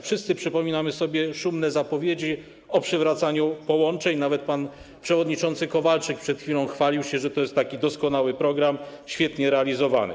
Wszyscy przypominamy sobie szumne zapowiedzi o przywracaniu połączeń, nawet pan przewodniczący Kowalczyk przed chwilą chwalił się, że to jest taki doskonały program, świetnie realizowany.